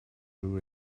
ryw